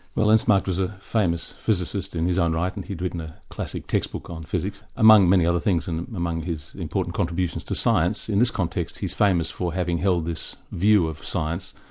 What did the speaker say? well ernst mach was a famous physicist in his own right and he'd written a classic textbook on physics, among many other things, and among his important contributions to science. in this context he's famous for having held this view of science,